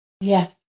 Yes